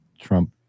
trump